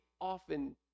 often